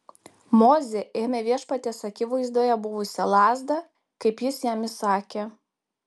mozė ėmė viešpaties akivaizdoje buvusią lazdą kaip jis jam įsakė